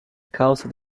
causa